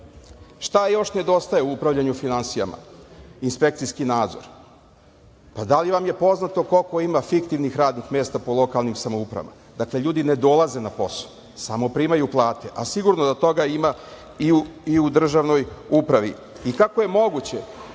još nedostaje u upravljanju finansijama? Inspekcijski nadzor. Da li vam je poznato koliko ima fiktivnih radnih mesta po lokalnim samoupravama? Ljudi ne dolaze na posao, samo primaju plate, a sigurno da toga ima i u državnoj upravi. Kako je moguće